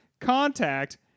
Contact